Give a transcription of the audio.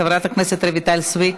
חברת הכנסת רויטל סויד,